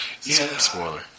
Spoiler